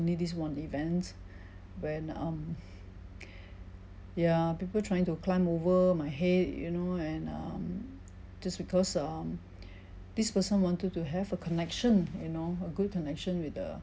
only this one event when um ya people trying to climb over my head you know and um just because um this person wanted to have a connection you know a good connection with the